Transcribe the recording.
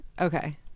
okay